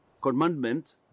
commandment